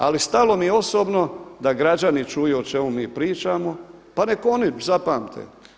Ali stalo mi je osobno da građani čuju o čemu mi pričamo, pa neka oni zapamte.